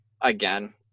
again